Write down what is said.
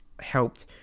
helped